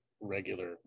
regular